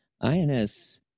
INS